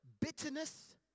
bitterness